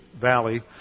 valley